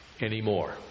anymore